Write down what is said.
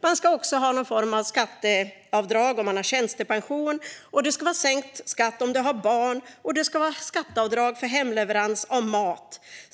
Man ska också ha någon form av skatteavdrag om man har tjänstepension, och det ska vara sänkt skatt om man har barn. Det ska vara skatteavdrag för hemleverans av mat.